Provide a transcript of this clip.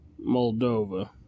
Moldova